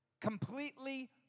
completely